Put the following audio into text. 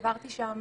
עברתי שם